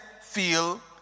feel